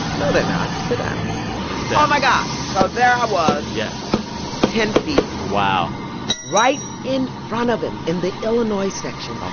no, they're not. sit down and my god. so there i was. yeah ten feet. wow right in front of him, in the illinois section, um